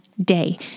day